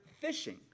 fishing